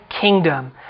kingdom